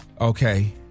okay